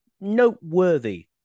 noteworthy